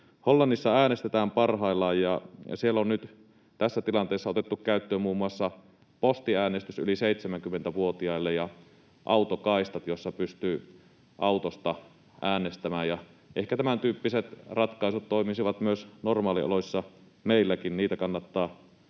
Hollannissa äänestetään parhaillaan, ja siellä on tässä tilanteessa otettu käyttöön muun muassa postiäänestys yli 70-vuotiaille ja autokaistat, joilla pystyy autosta äänestämään. Ehkä tämän tyyppiset ratkaisut toimisivat myös normaalioloissa meilläkin. Niitä kannattaa